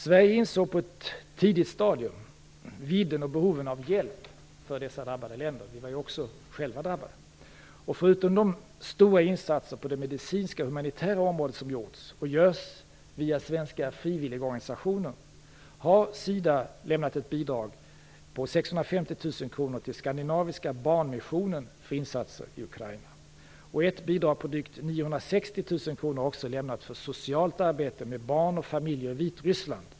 Sverige insåg på ett tidigt stadium vidden och behoven av hjälp för de drabbade länderna. Vi var ju själva drabbade. Förutom de stora insatser på det medicinska och humanitära området som gjorts och görs via svenska frivilligorganisationer har SIDA lämnat ett bidrag på 650 000 kr till Skandinaviska barnmissionen för insatser i Ukraina. Ett bidrag på drygt 960 000 kr har också lämnats för socialt arbete med barn och familjer i Vitryssland.